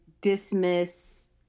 dismiss